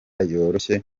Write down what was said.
yoroshye